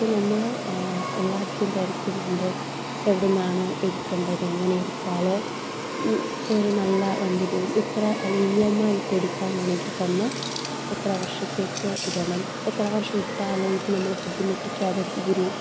അപ്പോൾ നമ്മൾ ആ എല്ലായിടത്തും തിരക്കുന്നുണ്ട് എവിടുന്നാണ് എടുക്കേണ്ടത് എങ്ങനെ എടുത്താൽ ഒരു നല്ല വണ്ടി പോകും ഇത്ര അല്ലേ ഇ എം ഐ ആയിട്ട് എടുക്കാനാണെങ്കിൽ തന്നെ എത്രവർഷത്തേക്ക് ഇടണം എത്ര വർഷമിട്ടാൽ ഇത് നമ്മളെ ബുദ്ധിമുട്ടിക്കാതെ തീരും